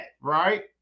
right